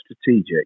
strategic